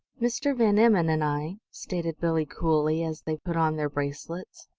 mr. van emmon and i, stated billie coolly, as they put on their bracelets,